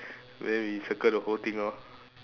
then we circle the whole thing lor